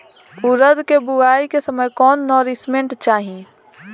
उरद के बुआई के समय कौन नौरिश्मेंट चाही?